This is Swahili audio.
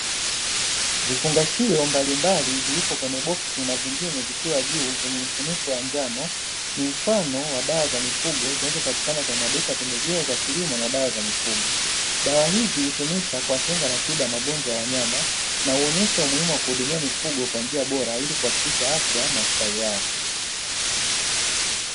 Vifungashio mbalimbali vipo kwenye boksi na vingine vikiwa juu kwenye mfuniko wa njano, ni mfano wa dawa za mifugo zinazopatikana kwenye maduka ya pembejeo za kilimo na dawa za mifugo. Dawa hizi hutumika kwa kinga na tiba magonjwa ya wanyama na huonyesha umuhimu wa kuhudumia mifugo kwa njia bora ili kuhakikisha afya na ustawi wao.